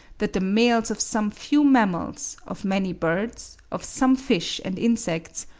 that the males of some few mammals, of many birds, of some fish and insects,